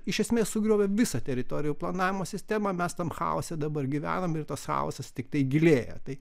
iš esmės sugriovė visą teritorijų planavimo sistemą mes tam chaose dabar gyvenam ir tas chaosas tiktai gilėja tai